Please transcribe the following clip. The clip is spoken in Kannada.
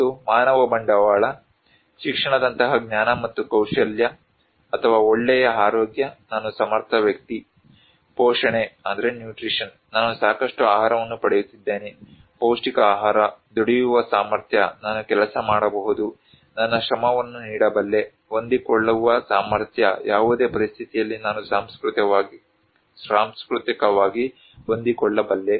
ಮತ್ತು ಮಾನವ ಬಂಡವಾಳ ಶಿಕ್ಷಣದಂತಹ ಜ್ಞಾನ ಮತ್ತು ಕೌಶಲ್ಯ ಅಥವಾ ಒಳ್ಳೆಯ ಆರೋಗ್ಯ ನಾನು ಸಮರ್ಥ ವ್ಯಕ್ತಿ ಪೋಷಣೆ ನಾನು ಸಾಕಷ್ಟು ಆಹಾರವನ್ನು ಪಡೆಯುತ್ತಿದ್ದೇನೆ ಪೌಷ್ಟಿಕ ಆಹಾರ ದುಡಿಯುವ ಸಾಮರ್ಥ್ಯ ನಾನು ಕೆಲಸ ಮಾಡಬಹುದು ನನ್ನ ಶ್ರಮವನ್ನು ನೀಡಬಲ್ಲೆ ಹೊಂದಿಕೊಳ್ಳುವ ಸಾಮರ್ಥ್ಯ ಯಾವುದೇ ಪರಿಸ್ಥಿತಿಯಲ್ಲಿ ನಾನು ಸಾಂಸ್ಕೃತಿಕವಾಗಿ ಹೊಂದಿಕೊಳ್ಳಬಲ್ಲೆ